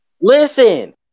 Listen